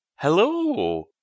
Hello